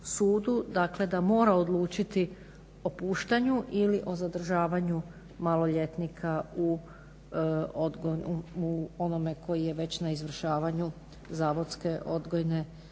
sudu da mora odlučiti o puštanju ili o zadržavanju maloljetnika u onome koji je već na izvršavanju zavodske odgojne